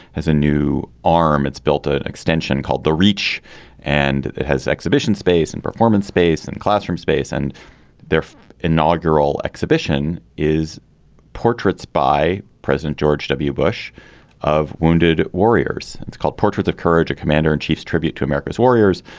has a new arm it's built ah an extension called the reach and it has exhibition space and performance space and classroom space and the inaugural exhibition is portraits by president george w. bush of wounded warriors. it's called portraits of courage a commander in chief's tribute to america's warriors.